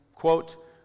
Quote